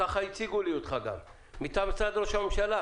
ככה גם הציגו לי אותך, מטעם משרד ראש הממשלה,